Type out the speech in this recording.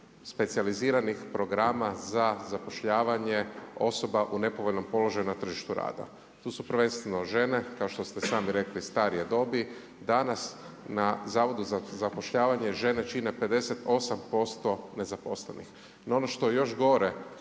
specijaliziranih programa za zapošljavanje osoba u nepovoljnom položaju na tržištu rada. Tu su prvenstveno žene kao što ste sami rekli starije dobi. Danas na Zavodu za zapošljavanje žene čine 58% nezaposlenih. Ili ono što je još gore